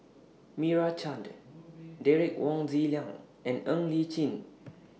Meira Chand Derek Wong Zi Liang and Ng Li Chin